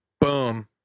Boom